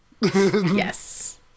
Yes